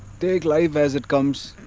take life as it comes.